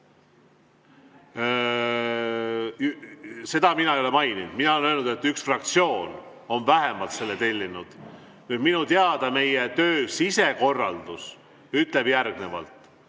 Seda mina ei ole maininud. Mina olen öelnud, et vähemalt üks fraktsioon on selle tellinud. Minu teada meie töö sisekorraldus ütleb järgnevalt: